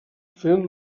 fent